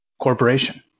Corporation